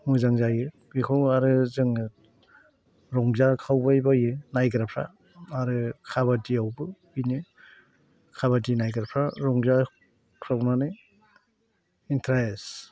मोजां जायो बेखौ आरो जोङो रंजाखावबायबायो नायग्राफ्रा आरो खाबादिआवबो बिदिनो खाबादि नायग्राफ्रा रंजाख्रावनानै इन्ट्रेस्ट